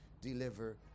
deliver